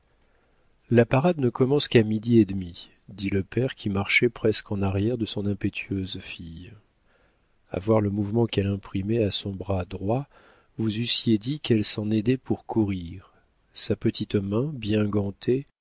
la parade ne commence qu'à midi et demi dit le père qui marchait presque en arrière de son impétueuse fille a voir le mouvement qu'elle imprimait à son bras droit vous eussiez dit qu'elle s'en aidait pour courir sa petite main bien gantée